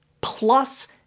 plus